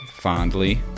Fondly